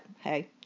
hey